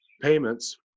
payments